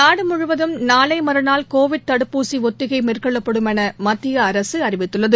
நாடுமுழுவதும் நாளைமறுநாள் கோவிட் தடுப்பூசிஒத்திகைமேற்கொள்ளப்படும் எனமத்தியஅரசுஅறிவித்துள்ளது